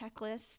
checklist